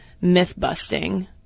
myth-busting